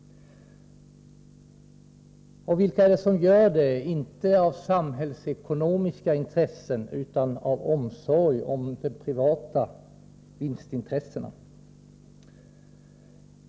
Vilka gör det, inte av samhällsekonomiska intressen utan av omsorg om de privata vinstintressena?